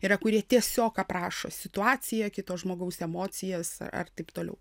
yra kurie tiesiog aprašo situaciją kito žmogaus emocijas ar taip toliau